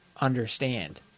understand